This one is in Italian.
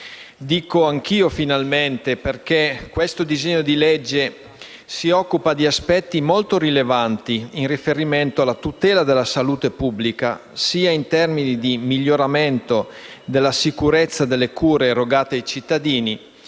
Dico anch'io «finalmente» perché questo disegno di legge si occupa di aspetti molto rilevanti in riferimento alla tutela della salute pubblica, sia in termini di miglioramento della sicurezza delle cure erogate ai cittadini,